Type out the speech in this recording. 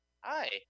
Hi